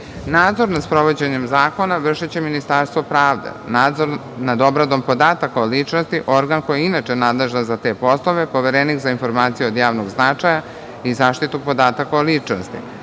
Nadzor nad sprovođenjem zakona vrši će Ministarstvo pravde, nadzor nad obradom podataka o ličnosti organ koji je inače naležan za te poslove – Poverenik za informacije od javnog značaja i zaštitu podataka o ličnosti,